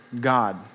God